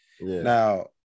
Now